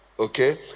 Okay